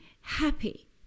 happy